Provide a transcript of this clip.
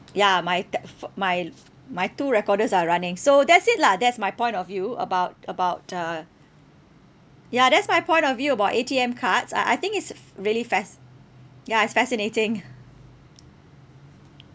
ya my t~ f~ my my two recorders are running so that's it lah that's my point of view about about uh ya that's my point of view about A_T_M cards ah I think it's f~ really fas~ ya it's fascinating